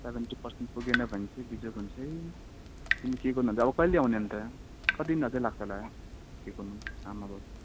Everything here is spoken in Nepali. सेभेन्टी पर्सेन्ट पुगेन भने चाहिँ बिजोग हुन्छै तिमी के गर्नु भन्छ अब कहिले आउने अन्त कति दिन अझै लाग्छ होला ठिक हुनु आमा बाउ